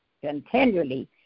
continually